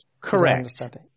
Correct